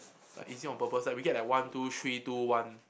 like is it on purpose like we get the one two three two one